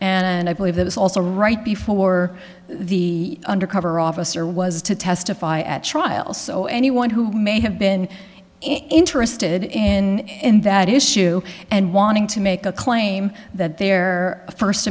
and i believe that was also right before the undercover officer was to testify at trial so anyone who may have been interested in that issue and wanting to make a claim that their first